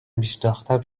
میشناختم